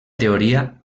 teoria